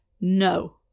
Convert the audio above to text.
No